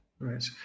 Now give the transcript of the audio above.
Right